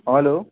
hello